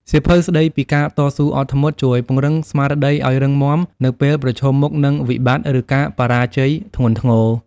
សៀវភៅស្ដីពីការតស៊ូអត់ធ្មត់ ជួយពង្រឹងស្មារតីឱ្យរឹងមាំនៅពេលប្រឈមមុខនឹងវិបត្តិ ឬការបរាជ័យធ្ងន់ធ្ងរ។